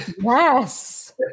Yes